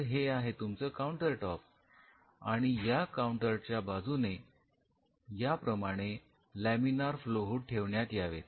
तर हे आहे तुमचं काऊंटर टॉप आणि या काऊंटरच्या बाजूने या प्रमाणे लमिनार फ्लो हूड ठेवण्यात यावेत